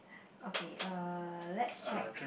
okay uh let's check